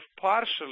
partially